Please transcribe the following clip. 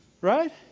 right